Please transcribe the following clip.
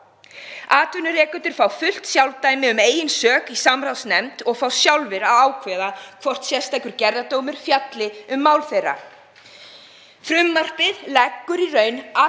Atvinnurekendur fá fullt sjálfdæmi um eigin sök í „samráðsnefnd“ og fá sjálfir að ákveða hvort sérstakur gerðardómur fjalli um mál þeirra. Frumvarpið leggur í raun alla